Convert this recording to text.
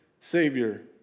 Savior